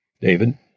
David